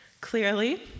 Clearly